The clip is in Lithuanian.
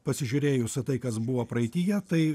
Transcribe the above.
pasižiūrėjus į tai kas buvo praeityje tai